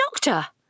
Doctor